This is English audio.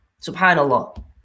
Subhanallah